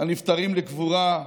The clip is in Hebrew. הנפטרים לקבורה.